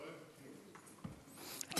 כן?